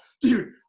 Dude